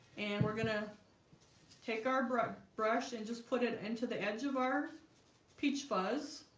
and we're going to take our brush brush and just put it into the edge of our peach fuzz